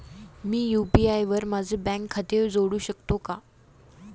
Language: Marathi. मी यु.पी.आय वर माझे बँक खाते जोडू शकतो का?